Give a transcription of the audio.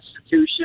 institution